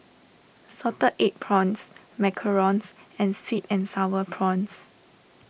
Salted Egg Prawns Macarons and Sweet and Sour Prawns